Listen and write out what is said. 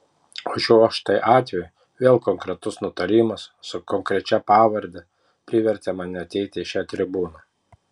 o šiuo štai atveju vėl konkretus nutarimas su konkrečia pavarde privertė mane ateiti į šią tribūną